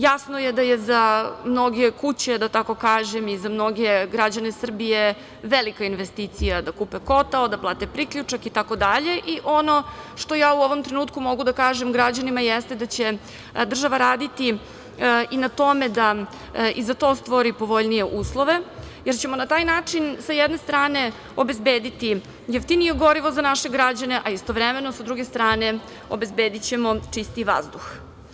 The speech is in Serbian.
Jasno je da mnoge kuće, da tako kažem, i za mnoge građane Srbije velika investicija da kupe kotao, da plate priključak itd. i ono što ja u ovom trenutku mogu da kažem građanima jeste da će država raditi i na tome da i za to stvori povoljnije uslove, jer ćemo na taj način sa jedne strane obezbediti jeftinije gorivo za naše građane, a istovremeno sa druge strane obezbedićemo čistiji vazduh.